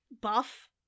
buff